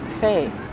faith